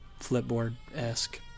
Flipboard-esque